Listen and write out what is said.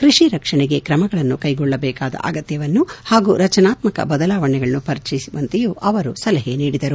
ಕೃಷಿ ರಕ್ಷಣೆಗೆ ತ್ರಮಗಳನ್ನು ಕೈಗೋಜೀಕಾದ ಆಗತ್ಯವನ್ನು ಹಾಗೂ ರಚನಾತ್ಸಕ ಬದಲಾವಣೆಗಳನ್ನು ಪರಿಚಯಿಸುವಂತೆಯೂ ಅವರು ಸಲಹೆ ನೀಡಿದರು